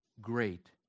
great